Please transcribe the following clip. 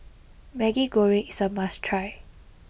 Maggi Goreng is a must try